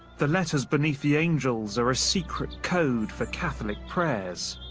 the letters beneath the angels are a secret code for catholic prayers